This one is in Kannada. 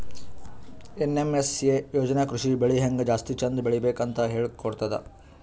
ಏನ್.ಎಮ್.ಎಸ್.ಎ ಯೋಜನಾ ಕೃಷಿ ಬೆಳಿ ಹೆಂಗ್ ಜಾಸ್ತಿ ಚಂದ್ ಬೆಳಿಬೇಕ್ ಅಂತ್ ಹೇಳ್ಕೊಡ್ತದ್